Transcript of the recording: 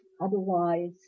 Otherwise